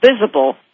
visible